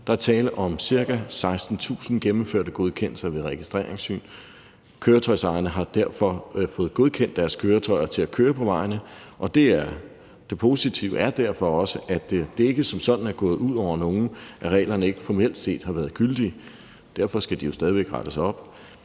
Der er tale om ca. 16.000 gennemførte godkendelser ved registreringssyn. Køretøjsejerne har derfor fået godkendt deres køretøjer til at køre på vejene. Det positive er derfor også, at det ikke som sådan er gået ud over nogen, at reglerne ikke formelt set har været gyldige. Derfor skal der jo stadig væk rettes op